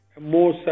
more